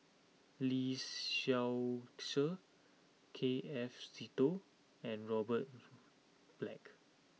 Lee Seow Ser K F Seetoh and Robert Black